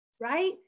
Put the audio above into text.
right